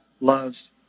loves